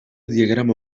diagrama